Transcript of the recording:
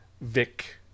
Vic